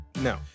no